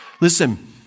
Listen